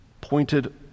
pointed